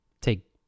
Take